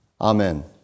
Amen